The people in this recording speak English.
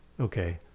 okay